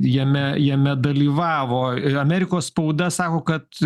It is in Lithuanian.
jame jame dalyvavo amerikos spauda sako kad